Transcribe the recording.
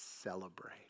celebrate